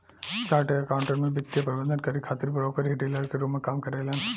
chartered accountant में वित्तीय प्रबंधन करे खातिर ब्रोकर ही डीलर के रूप में काम करेलन